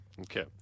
Okay